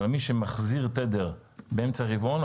אבל מי שמחזיר תדר באמצע הרבעון,